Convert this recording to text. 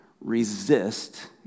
resist